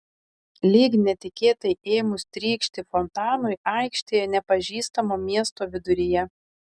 lyg netikėtai ėmus trykšti fontanui aikštėje nepažįstamo miesto viduryje